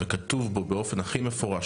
וכתוב בו באופן הכי מפורש,